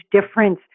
difference